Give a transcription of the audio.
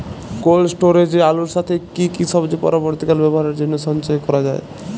Cold স্টোরেজে আলুর সাথে কি কি সবজি পরবর্তীকালে ব্যবহারের জন্য সঞ্চয় করা যায়?